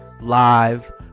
live